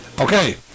Okay